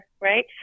right